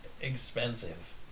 expensive